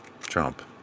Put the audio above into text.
Trump